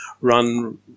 run